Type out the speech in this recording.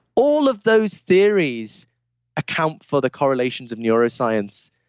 all of those theories account for the correlations of neuroscience.